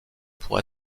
pour